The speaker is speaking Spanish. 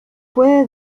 puede